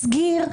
מסגיר,